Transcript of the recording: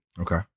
Okay